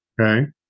Okay